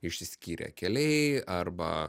išsiskyrė keliai arba